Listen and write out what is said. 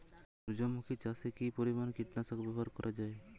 সূর্যমুখি চাষে কি পরিমান কীটনাশক ব্যবহার করা যায়?